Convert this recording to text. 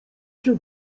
się